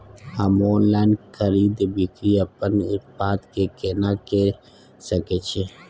हम ऑनलाइन खरीद बिक्री अपन उत्पाद के केना के सकै छी?